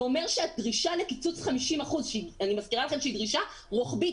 זה אומר שהדרישה לקיצוץ 50 אחוזים ואני מזכירה לכם שהיא דרישה רוחבית,